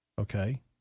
Okay